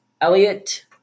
Elliot